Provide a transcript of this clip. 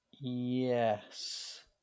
Yes